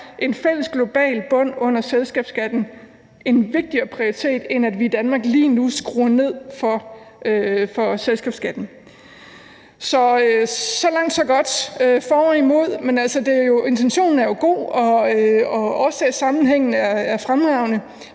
en fælles, global bund under selskabsskatten en vigtigere prioritet, end at vi i Danmark lige nu skruer ned for selskabsskatten. Så langt, så godt. Der er for og imod, men intentionen er jo god, og årsagssammenhængen er fremragende,